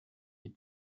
die